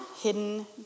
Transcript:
hidden